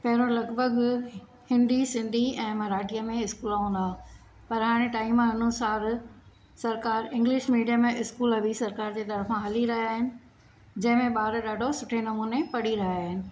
पहिरों लॻिभॻि हिंदीअ सिंधीअ ऐं मराठीअ में स्कूल हूंदा हुआ पर हाणे टाइम अनुसारु सरकारि इंग्लिश मीडियम स्कूल बि सरकारि जे तरफ़ां हली रहिया आहिनि जंहिं में ॿार ॾाढो सुठे नमूने पढ़ी रहिया आहिनि